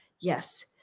Yes